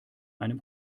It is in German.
einem